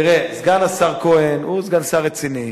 תראה, סגן השר כהן הוא סגן שר רציני.